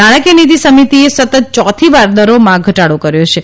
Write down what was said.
નાણાકીય નીતી સમતિીએ સતત યોથી વાર દરોમાં ઘટાડો કર્યોછે